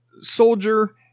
soldier